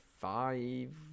five